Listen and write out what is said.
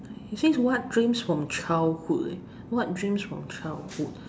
actually is what dreams from childhood leh what dreams from childhood